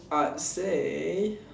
I'd say